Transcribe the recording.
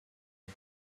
nói